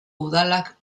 udalak